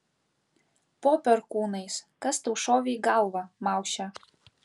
po perkūnais kas tau šovė į galvą mauše